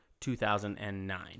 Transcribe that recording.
2009